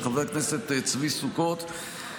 של חבר הכנסת צבי סוכות.